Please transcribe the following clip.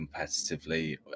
competitively